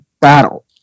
battle